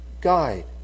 guide